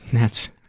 that's